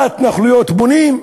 בהתנחלויות בונים.